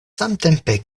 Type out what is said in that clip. samtempe